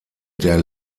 der